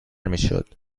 میشد